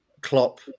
Klopp